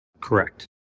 Correct